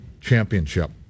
Championship